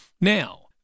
now